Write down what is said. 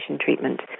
treatment